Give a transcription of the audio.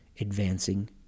advancing